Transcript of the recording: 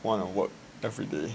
want to work everyday